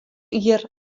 jier